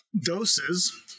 doses